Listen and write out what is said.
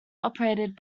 operated